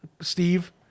steve